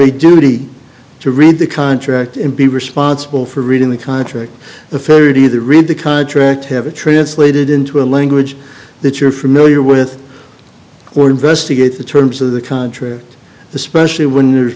a duty to read the contract and be responsible for reading the contract the third either read the contract have it translated into a language that you're familiar with or investigate the terms of the contrary the specially w